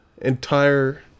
entire